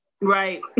Right